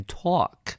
talk